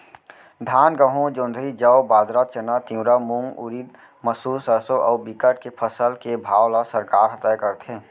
धान, गहूँ, जोंधरी, जौ, बाजरा, चना, तिंवरा, मूंग, उरिद, मसूर, सरसो अउ बिकट के फसल के भाव ल सरकार ह तय करथे